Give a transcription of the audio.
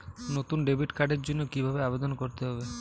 নতুন ডেবিট কার্ডের জন্য কীভাবে আবেদন করতে হবে?